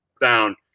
down